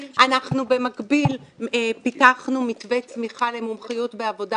במקביל פיתחנו מתווה צמיחה למומחיות בעבודה